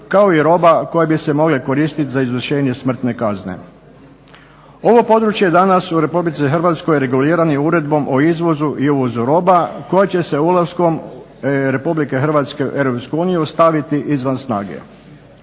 kao i roba koje bi se mogle koristiti za izvršenje smrtne kazne. Ovo područje danas u Republici Hrvatskoj regulirano je Uredbom o izvozu i uvozu roba koja će se ulaskom Republike Hrvatske u Europsku uniju staviti izvan snage.